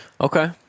Okay